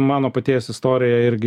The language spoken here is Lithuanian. mano paties istorija irgi